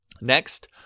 Next